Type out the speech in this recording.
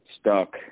stuck